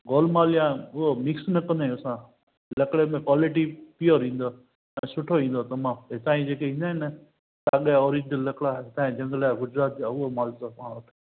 गोलमाम या उहो मिक्स न कंदा आहियूं असां लकिड़े में क्वालिटी प्योर ईंदव सुठो ईंदव तमामु हितां इहे जेके ईंदा आहिनि न साॻिया ओरिजनल लकिड़ा ऐं हितां जंगल जा गुजरात ॼा उहा माल अथव असां वटि